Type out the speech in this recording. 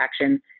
action